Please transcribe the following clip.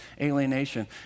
alienation